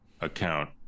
account